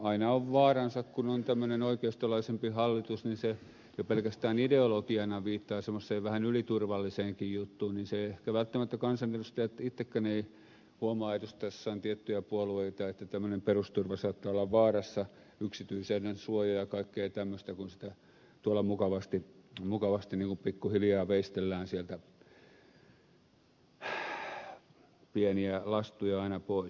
aina on vaaransa kun on tämmöinen oikeistolaisempi hallitus niin se jo pelkästään ideologiana viittaa semmoiseen vähän yliturvalliseenkin juttuun ja ehkä kansanedustajat itsekään eivät välttämättä huomaa edustaessaan tiettyjä puolueita että tämmöinen perusturva saattaa olla vaarassa yksityisyyden suoja ja kaikkea tämmöistä kun tuolla mukavasti pikkuhiljaa veistellään sieltä pieniä lastuja aina pois